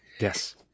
Yes